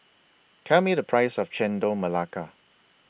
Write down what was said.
Tell Me The Price of Chendol Melaka